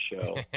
show